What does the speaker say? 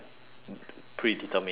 predetermined and stuff